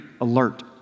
alert